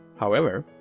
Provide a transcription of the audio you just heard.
however,